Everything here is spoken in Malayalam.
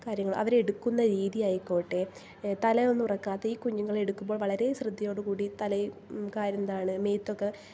കാര്യങ്ങൾ അവരെ എടുക്കുന്ന രീതിയായിക്കോട്ടെ തലയൊന്നും ഉറക്കാത്ത ഈ കുഞ്ഞുങ്ങളെ എടുക്കുമ്പോൾ വളരെ ശ്രദ്ധയോട് കൂടി തലയിൽ കാരെന്താണ് മേത്തൊക്കെ